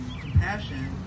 compassion